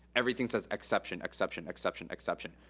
everything says exception, exception, exception, exception.